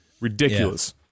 ridiculous